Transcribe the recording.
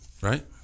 Right